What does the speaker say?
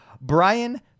Brian